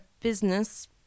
business